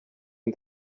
and